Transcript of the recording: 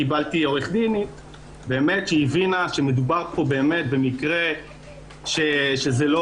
קיבלתי עורכת דין שבאמת הבינה שמדובר פה במקרה שאני לא